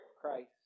Christ